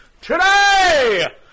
today